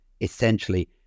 essentially